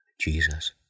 Jesus